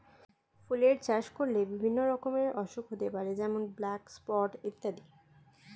ফুলের চাষ করলে বিভিন্ন রকমের অসুখ হতে পারে যেমন ব্ল্যাক স্পট ইত্যাদি